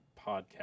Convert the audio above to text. Podcast